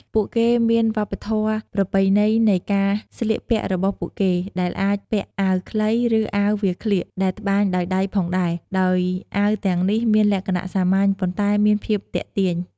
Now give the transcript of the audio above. ពួកគេមានវប្បធម៌ប្រពៃណីនៃការស្លៀកពាក់របស់ពួកគេ ដែលអាចពាក់អាវខ្លី ឬអាវវាលក្លៀកដែលត្បាញដោយដៃផងដែរ ដោយអាវទាំងនេះមានលក្ខណៈសាមញ្ញ ប៉ុន្តែមានភាពទាក់ទាញ។